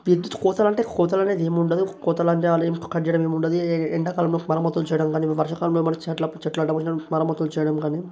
విద్యుత్ కోతలంటే కోతలనేదేముండదు కోతలంటే అదేమీ కట్ చెయ్యడం ఏముండదు ఎండాకాలంలో మరమత్తులు చెయ్యడంకాని వర్షాకాలంలో మన చెట్లు చెట్లు అడ్డమొచ్చినపుడు మరమత్తులు చెయ్యడంకాని